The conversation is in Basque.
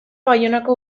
baionako